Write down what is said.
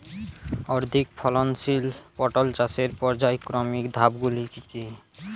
অধিক ফলনশীল পটল চাষের পর্যায়ক্রমিক ধাপগুলি কি কি?